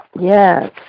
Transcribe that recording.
Yes